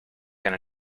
can